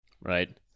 Right